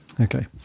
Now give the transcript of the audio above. okay